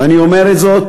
ואני אומר זאת